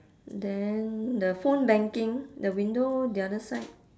then the phone banking the window the other side